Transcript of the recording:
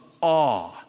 awe